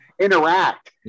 interact